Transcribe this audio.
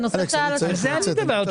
על זה אני מדבר.